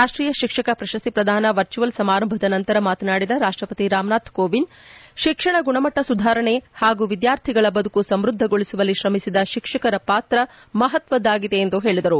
ರಾಷ್ಷೀಯ ಶಿಕ್ಷಕ ಪ್ರಶಸ್ತಿ ಪ್ರದಾನ ವರ್ಚುವಲ್ ಸಮಾರಂಭದ ನಂತರ ಮಾತನಾಡಿದ ರಾಷ್ಷಪತಿ ರಾಮನಾಥ್ ಕೋವಿಂದ್ ಶಿಕ್ಷಣ ಗುಣಮಟ್ಟ ಸುಧಾರಣೆಯಲ್ಲಿ ಹಾಗೂ ವಿದ್ಯಾರ್ಥಿಗಳ ಬದುಕು ಸಮೃದ್ದಗೊಳಿಸುವಲ್ಲಿ ತ್ರಮಿಸಿದ ಶಿಕ್ಷಕರ ಪಾತ್ರ ಮಹತ್ವದ್ದಾಗಿದೆ ಎಂದು ಹೇಳಿದರು